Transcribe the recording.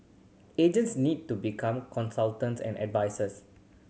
agents need to become consultants and advisers